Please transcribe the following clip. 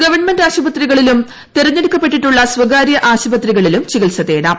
government ആശുപത്രികളിലും തെരഞ്ഞെടുക്കപ്പെട്ടിട്ടുള്ള സ്വകാര്യ ആശുപത്രികളിലും ചികിൽസതേടാം